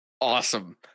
Awesome